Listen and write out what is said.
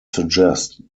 suggest